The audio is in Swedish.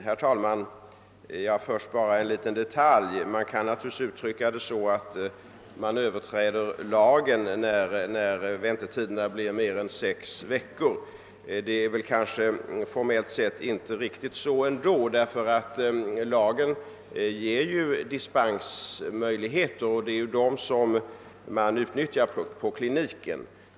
Herr talman! Först bara en liten detalj. Vi kan naturligtvis uttrycka det så att lagen överträds när väntetiden blir längre än sex veckor. Rent formellt är det dock inte så. Lagen ger nämligen dispensmöjligheter, och det är dessa som utnyttjas på klinikerna.